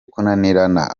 kunanirana